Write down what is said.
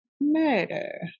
murder